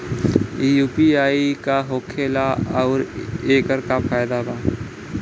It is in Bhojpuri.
यू.पी.आई का होखेला आउर एकर का फायदा बा?